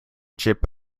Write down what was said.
chip